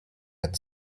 had